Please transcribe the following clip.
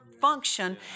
function